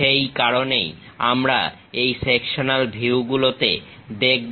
সেই কারণেই আমরা এই সেকশনাল ভিউগুলোতে দেখব